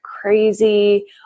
crazy